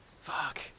fuck